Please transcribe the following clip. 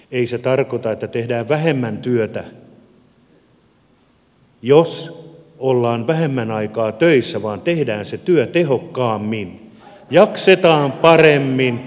ei se tarkoita että tehdään vähemmän työtä jos ollaan vähemmän aikaa töissä vaan tehdään se työ tehokkaammin jaksetaan paremmin